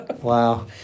Wow